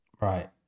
Right